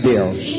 Deus